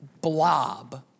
blob